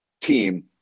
team